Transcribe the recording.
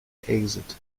exit